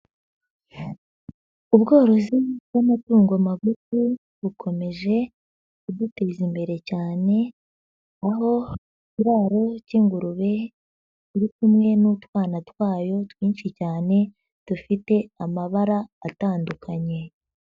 Ubworozi bw'amatungo magufu bukomeje kuduteza imbere cyane, aho ikiraro cy' ingurube kiri kumwe n'utwana twayo twinshi cyane dufite amabara atandukanye.